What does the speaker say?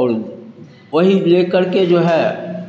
और वही लेकर के जो है